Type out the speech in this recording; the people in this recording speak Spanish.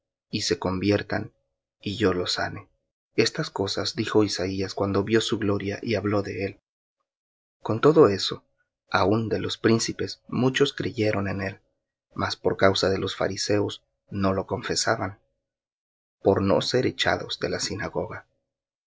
y se conviertan y yo los sane estas cosas dijo isaías cuando vió su gloria y habló de él con todo eso aun de los príncipes muchos creyeron en él mas por causa de los fariseos no confesaban por no ser echados de la sinagoga